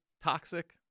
toxic